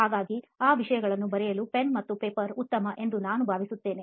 ಹಾಗಾಗಿ ಆ ವಿಷಯಗಳನ್ನು ಬರೆಯಲು ಪೆನ್ ಮತ್ತು ಪೇಪರ್ ಉತ್ತಮ ಎಂದು ನಾನು ಭಾವಿಸುತ್ತೇನೆ